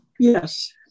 Yes